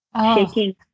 shaking